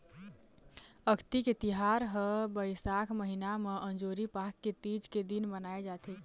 अक्ती के तिहार ह बइसाख महिना म अंजोरी पाख के तीज के दिन मनाए जाथे